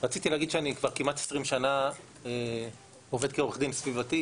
רציתי להגיד שאני כבר כמעט 20 שנה עובד כעו"ד סביבתי,